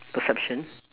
perception